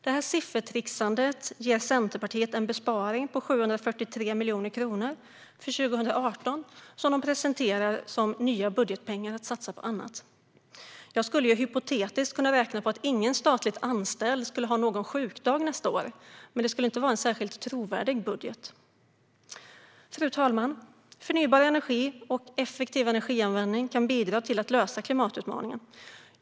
Detta siffertrixande ger Centerpartiet en besparing på 743 miljoner kronor för 2018 som de presenterar som nya budgetpengar att satsa på annat. Jag skulle hypotetiskt kunna räkna på att ingen statligt anställd skulle ha någon sjukdag nästa år, men det skulle inte vara en särskilt trovärdig budget. Fru talman! Förnybar energi och effektiv energianvändning kan bidra till att lösa klimatutmaningen.